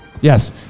Yes